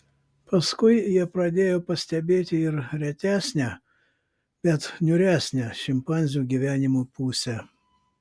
paskui jie pradėjo pastebėti ir retesnę bet niūresnę šimpanzių gyvenimo pusę